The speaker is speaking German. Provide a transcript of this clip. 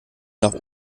nach